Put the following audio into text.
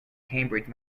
cambridge